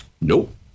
Nope